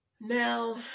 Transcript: now